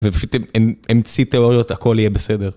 ופשוט אמציא תיאוריות הכל יהיה בסדר.